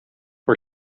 for